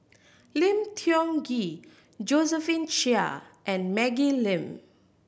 Lim Tiong Ghee Josephine Chia and Maggie Lim